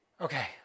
Okay